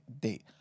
date